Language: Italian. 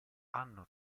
hanno